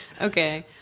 Okay